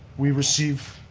we received